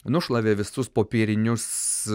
nušlavė visus popierinius